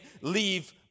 leave